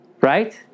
Right